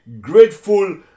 grateful